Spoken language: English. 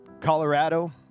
Colorado